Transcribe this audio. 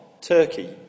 Turkey